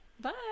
Bye